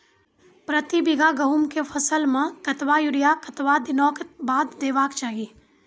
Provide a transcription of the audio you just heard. प्रति बीघा गेहूँमक फसल मे कतबा यूरिया कतवा दिनऽक बाद देवाक चाही?